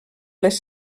les